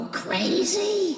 crazy